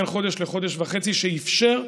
שאפשר,